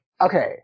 okay